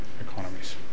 economies